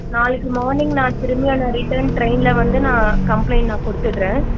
நாளைக்கு மார்னிங் நான் திரும்பியும் நான் ரிட்டன் டிரைனில் வந்து நான் கம்ப்ளைன்ட் நான் கொடுத்துட்றேன்